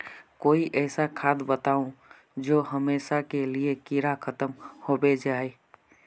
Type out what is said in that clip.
कोई ऐसा खाद बताउ जो हमेशा के लिए कीड़ा खतम होबे जाए?